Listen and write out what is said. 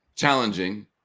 Challenging